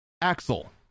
Axel